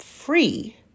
free